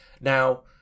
now